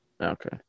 Okay